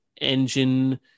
engine –